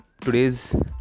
today's